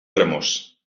cremós